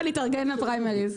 להתארגן לפריימריז.